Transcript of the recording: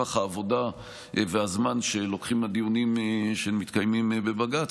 נפח העבודה והזמן שלוקחים הדיונים שמתקיימים בבג"ץ,